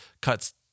cuts